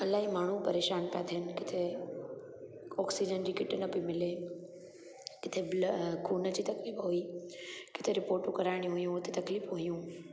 अलाई माण्हूं परेशान पिया थियनि किथे ऑक्सीजन जी किट न पयी मिले किथे ब्ल खून जी तकलीफ़ हुई किथे रिपोर्टियूं कराइणी हुयूं तकलीफ़ हुयूं